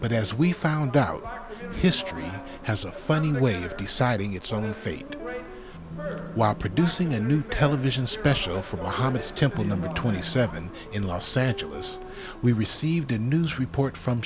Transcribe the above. but as we found out history has a funny way of deciding its own fate while producing a new television special from hummus temple number twenty seven in los angeles we received a news report from